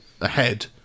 ahead